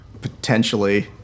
Potentially